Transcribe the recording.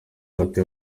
hatuye